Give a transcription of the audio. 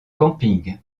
camping